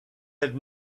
had